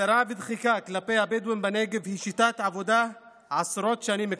הדרה ודחיקה של הבדואים בנגב היא שיטת עבודה כבר עשרות שנים.